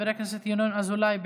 חבר הכנסת ינון אזולאי,